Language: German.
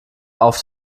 auf